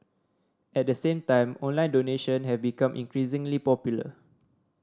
at the same time online donation have become increasingly popular